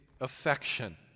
affection